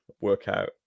workout